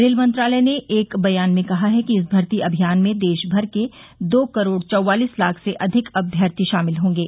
rail मंत्रालय ने एक बयान में कहा है कि इस भर्ती अभियान में देशभर के दो करोड़ चौवालिस लाख से अधिक अभ्यर्थी शामिल होंगे